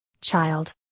child